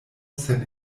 sen